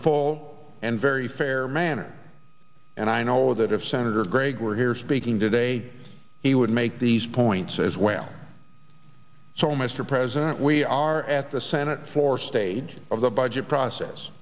full and very fair manner and i know that if senator gregg were here speaking today he would make these points as well so mr president we are at the senate floor stage of the budget process